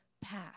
path